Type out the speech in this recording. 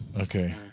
Okay